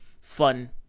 fun